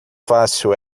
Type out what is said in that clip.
fácil